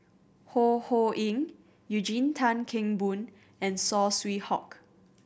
Ho Ho Ying Eugene Tan Kheng Boon and Saw Swee Hock